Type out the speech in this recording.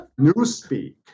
newspeak